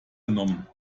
genommen